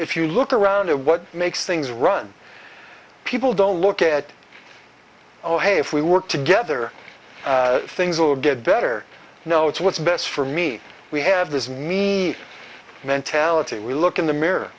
if you look around at what makes things run people don't look at all hey if we work together things will get better no it's what's best for me we have this me mentality we look in the mirror